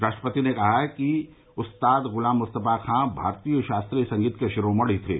राष्ट्रपति ने कहा है कि उस्ताद गुलाम मुस्तफा खान भारतीय शास्त्रीय संगीत के शिरोमणि थे